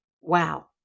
wow